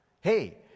hey